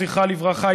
זכרה לברכה,